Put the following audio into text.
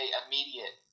immediate